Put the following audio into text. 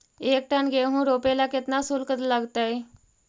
एक टन गेहूं रोपेला केतना शुल्क लगतई?